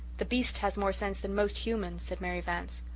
the beast has more sense than most humans, said mary vance.